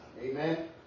Amen